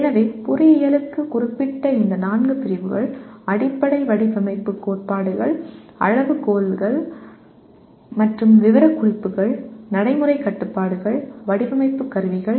எனவே பொறியியலுக்கு குறிப்பிட்ட இந்த நான்கு பிரிவுகள் அடிப்படை வடிவமைப்பு கோட்பாடுகள் அளவுகோல்கள் மற்றும் விவரக்குறிப்புகள் நடைமுறை கட்டுப்பாடுகள் வடிவமைப்பு கருவிகள்